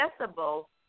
accessible